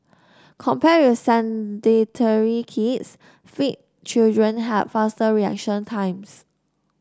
compared with sedentary kids fit children had faster reaction times